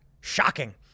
shocking